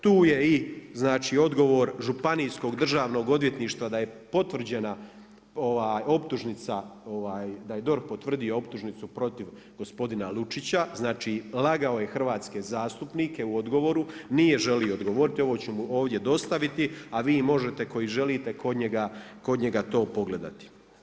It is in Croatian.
Tu je i znači odgovor županijskog državnog odvjetništva da je potvrđena optužnica, da je DORH potvrdio optužnicu protiv gospodina Lučića, znači lagao je hrvatske zastupnike u odgovoru, nije želio odgovoriti, ovo ću mu ovdje dostaviti a vi možete koji želite kod njega to pogledati.